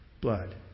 blood